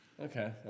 Okay